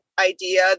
idea